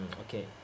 okay